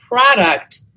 product